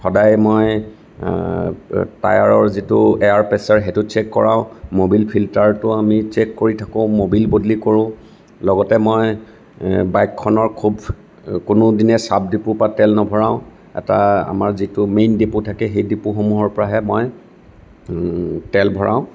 সদায় মই টায়াৰৰ যিটো এয়াৰ প্ৰেছাৰ সেইটো চেক কৰাওঁ ম'বিল ফিল্টাৰটো আমি চেক কৰি থাকোঁ মবিল বদলি কৰোঁ লগতে মই বাইকখনৰ খুব কোনোদিনে ছাব ডিপুৰ পৰা তেল নভৰাওঁ এটা আমাৰ যিটো মেইন ডিপু থাকে সেই ডিপুসমূহৰ পৰাহে মই তেল ভৰাওঁ